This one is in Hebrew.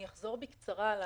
בבקשה.